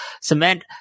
cement